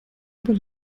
über